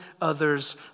others